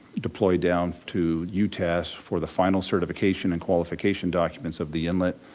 deployed down to utas for the final certification and qualification documents of the inlet,